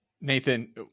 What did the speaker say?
Nathan